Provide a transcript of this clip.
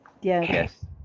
Yes